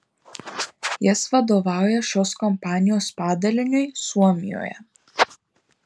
jis vadovauja šios kompanijos padaliniui suomijoje